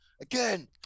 again